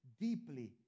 deeply